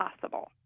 possible